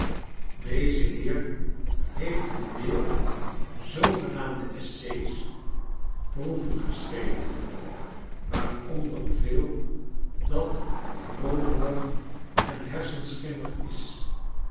deze heer heeft een deel zoogenaarrjide essays proeven geschreven waaronder veel dat droomerig en hersenschimmig is